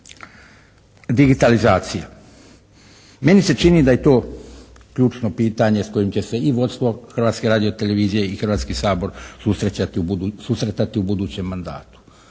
digitalizacija. Meni se čini da je to ključno pitanje s kojim će se i vodstvo Hrvatske radiotelevizije i Hrvatski susret susretati u budućem mandatu.